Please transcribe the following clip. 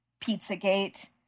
Pizzagate